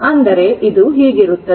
ಅಂದರೆ ಇದು ಹೀಗಿರುತ್ತದೆ